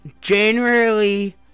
January